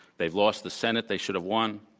they've lost the senate. they should have won.